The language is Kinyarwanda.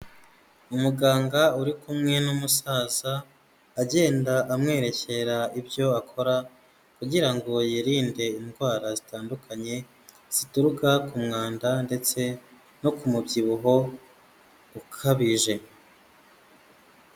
Umuganga uri kumwe n'umusaza agenda amwerekera ibyo akora kugira ngo yirinde indwara zitandukanye zituruka ku mwanda ndetse no ku mubyibuho ukabije.